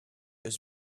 was